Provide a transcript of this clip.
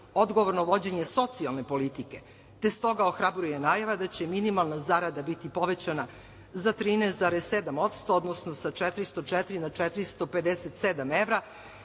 odgovorno vođenje socijalne politike te stoga ohrabruje najava da će minimalna zarada biti povećana za 13,7% odnosno sa 404 ma 457 evra